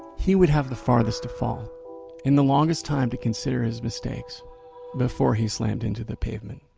he would have the farthest to fall and the longest time to consider his mistakes before he slammed into the pavement.